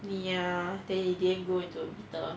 ya then they didn't go into a biter